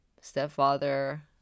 stepfather